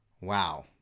Wow